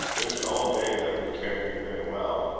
there's an old bay that would carry me very well.